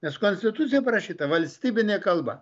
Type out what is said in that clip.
nes konstitucijoj parašyta valstybinė kalba